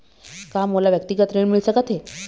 का मोला व्यक्तिगत ऋण मिल सकत हे?